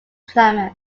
climate